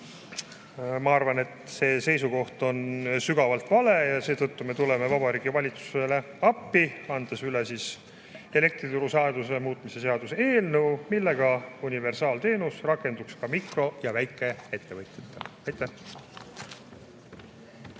Ma arvan, et see seisukoht on sügavalt vale ja seetõttu me tuleme Vabariigi Valitsusele appi, andes üle elektrituruseaduse muutmise seaduse eelnõu, millega universaalteenus rakenduks ka mikro- ja väikeettevõtjatele. Aitäh!